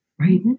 right